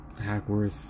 Hackworth